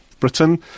Britain